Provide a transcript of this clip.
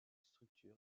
structure